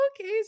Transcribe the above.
okay